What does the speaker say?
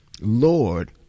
Lord